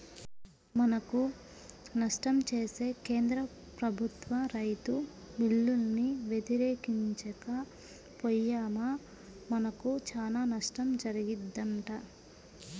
మనకు నష్టం చేసే కేంద్ర ప్రభుత్వ రైతు బిల్లుల్ని వ్యతిరేకించక పొయ్యామా మనకు చానా నష్టం జరిగిద్దంట